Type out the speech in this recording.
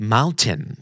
Mountain